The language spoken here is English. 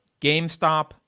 GameStop